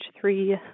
three